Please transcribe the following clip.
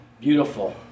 beautiful